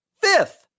Fifth